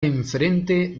enfrente